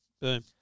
Boom